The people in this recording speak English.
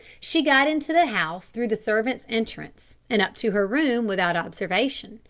she got into the house through the servants' entrance and up to her room without observation.